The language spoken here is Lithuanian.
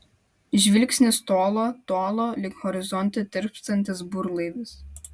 žvilgsnis tolo tolo lyg horizonte tirpstantis burlaivis